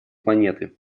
планеты